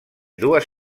dues